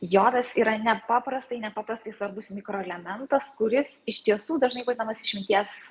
jodas yra nepaprastai nepaprastai svarbus mikroelementas kuris iš tiesų dažnai vadinamas išminties